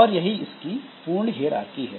और यही इसकी पूर्ण हेयरआर्की है